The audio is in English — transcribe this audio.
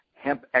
Hemp